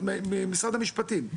את ממשרד המשפטים?